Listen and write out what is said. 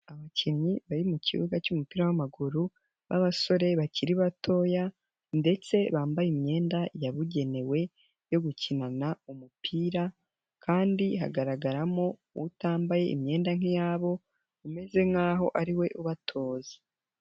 Abakinnyi bari mu kibuga cy'umupira w'amaguru b'abasore bakiri batoya ndetse bambaye imyenda yabugenewe yo gukinana umupira kandi hagaragaramo utambaye imyenda nk'iyabo, umeze nkaho ariwe ubatoza.